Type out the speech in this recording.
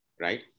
right